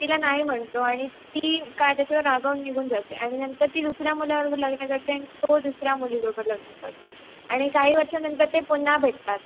तिला नाही म्हणतो आणि ती काय त्याच्यावर रागावून निघून जाते आणि नंतर ती दुसऱ्या मुलाबरोबर लग्न करते आणि तो दुसऱ्या मुलीबरोबर लग्न करतो आणि काही वर्षानंतर ते पुन्हा भेटतात